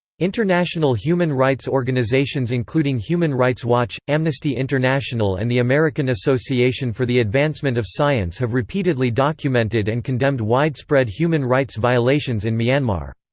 international human rights organisations including human rights watch, amnesty international and the american association for the advancement of science have repeatedly documented and condemned widespread human rights violations in myanmar.